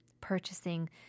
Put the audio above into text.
purchasing